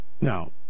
Now